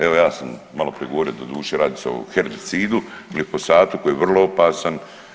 Evo ja sam malo prije govorio, doduše radi se o herbicidu, gliposatu koji je vrlo opasan.